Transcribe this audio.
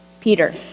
Peter